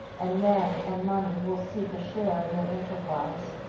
and men and money will seek a share in your enterprises.